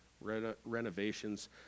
renovations